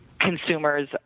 consumers